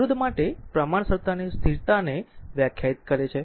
અવરોધ માટે પ્રમાણસરતાની સ્થિરતાને વ્યાખ્યાયિત કરે છે